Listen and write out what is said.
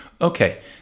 Okay